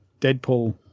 Deadpool